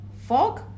fog